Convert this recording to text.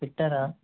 పెట్టారా